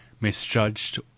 misjudged